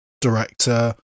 director